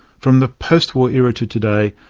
from the post-war era to today,